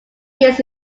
years